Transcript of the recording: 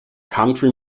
country